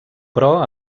però